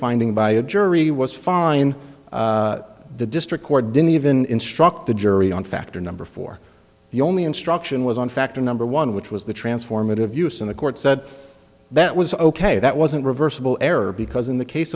finding by a jury was fine the district court didn't even instruct the jury on factor number four the only instruction was on factor number one which was the transformative use in the court said that was ok that wasn't reversible error because in the case